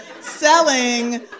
selling